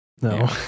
no